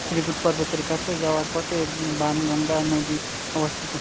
ত্রিকূট পর্বতের কাছে যাওয়ার পথে বাণগঙ্গা নদী অবস্থিত